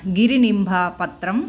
गिरिनिम्बपत्रम्